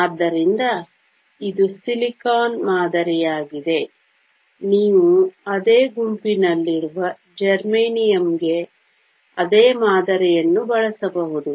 ಆದ್ದರಿಂದ ಇದು ಸಿಲಿಕಾನ್ ಮಾದರಿಯಾಗಿದೆ ನೀವು ಅದೇ ಗುಂಪಿನಲ್ಲಿರುವ ಜರ್ಮೇನಿಯಂಗೆ ಅದೇ ಮಾದರಿಯನ್ನು ಬಳಸಬಹುದು